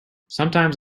sometimes